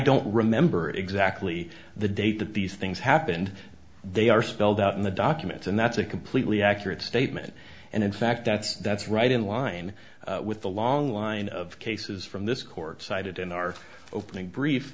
don't remember exactly the date that these things happened they are spelled out in the documents and that's a completely accurate statement and in fact that's that's right in line with the long line of cases from this court cited in our opening brief